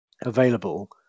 available